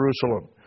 Jerusalem